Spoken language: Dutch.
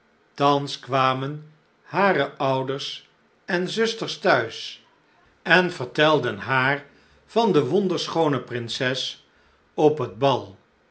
thans kwamen hare ouders en zusters t huis en vertelden haar van de wonderschoone prinses op het bal